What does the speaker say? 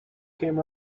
came